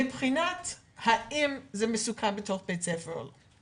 מבחינת האם זה מסוכן בתוך בית ספר או לא.